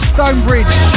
Stonebridge